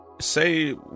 Say